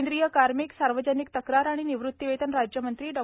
केंद्रीय कार्मिक सार्वजनिक तक्रार आणि निवृत्तीवेतन राज्य मंत्री डॉ